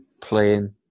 playing